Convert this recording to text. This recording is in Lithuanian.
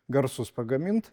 garsus pagamint